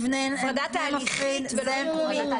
הפרדה תהליכית ולא מיקומית.